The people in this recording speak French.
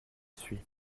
suis